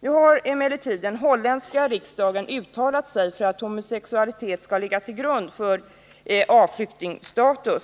Nu har emellertid den holländska riksdagen uttalat sig för att homosexualitet skall ligga till grund för flyktingstatus.